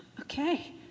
okay